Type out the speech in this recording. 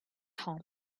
home